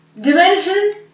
dimension